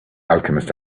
alchemist